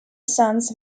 sons